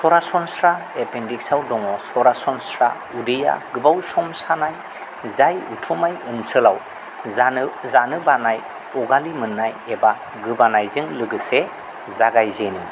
सरासनस्रा एपेन्डिसाइटिसाव दङ सरासनस्रा उदैया गोबाव सम सानाय जाय उथुमाय ओनसोलाव जानो बानाय अगालि मोन्नाय एबा गोबानायजों लोगोसे जागायजेनो